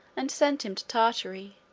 and sent him to tartary,